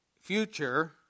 future